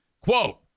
Quote